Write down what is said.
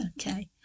okay